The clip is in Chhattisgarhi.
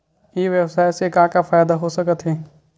ई व्यवसाय से का का फ़ायदा हो सकत हे?